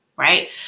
right